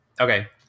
okay